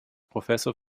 professor